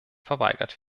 verweigert